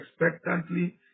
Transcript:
expectantly